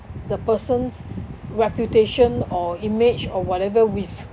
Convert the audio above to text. the person's reputation or image or whatever with